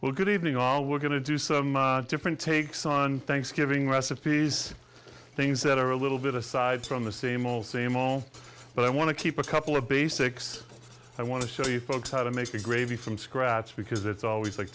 well good evening all we're going to do some different takes on thanksgiving recipes things that are a little bit aside from the same ole same ole but i want to keep a couple of basics i want to show you folks how to make the gravy from scratch because it's always like